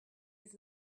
with